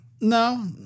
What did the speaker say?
No